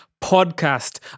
Podcast